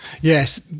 Yes